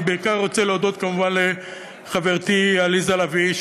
אני בעיקר רוצה להודות כמובן לחברתי עליזה לביא,